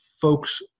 folks